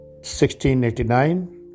1689